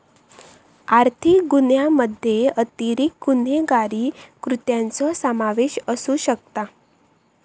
आर्थिक गुन्ह्यामध्ये अतिरिक्त गुन्हेगारी कृत्यांचो समावेश असू शकता